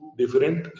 different